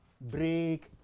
break